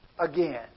again